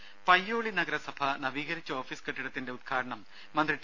രംഭ പയ്യോളി നഗരസഭ നവീകരിച്ച ഓഫീസ് കെട്ടിടത്തിന്റെ ഉദ്ഘാടനം മന്ത്രി ടി